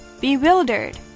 bewildered